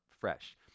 fresh